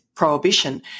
prohibition